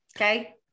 Okay